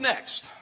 Next